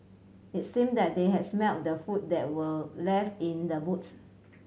it seemed that they had smelt the food that were left in the boots